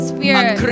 Spirit